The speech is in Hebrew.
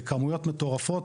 זה כמויות מטורפות.